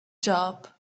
job